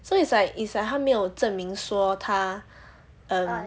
so it's like it's like 他没有证明说他 um